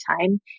time